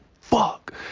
fuck